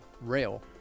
rail